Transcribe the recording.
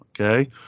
okay